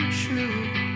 true